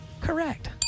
Correct